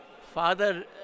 father